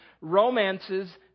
romances